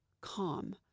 calm